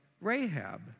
Rahab